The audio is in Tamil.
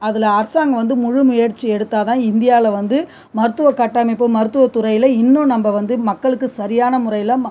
அதில் அரசாங்கம் வந்து முழு முயற்சி எடுத்தால் தான் இந்தியாவில் வந்து மருத்துவ கட்டமைப்பு மருத்துவத்துறையில் இன்னும் நம்ம வந்து மக்களுக்கு சரியான முறையில்